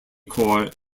corps